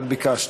את ביקשת.